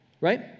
right